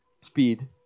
speed